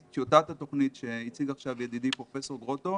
טיוטת התוכנית שהציג עכשיו ידידי פרופ' גרוטו.